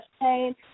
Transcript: pain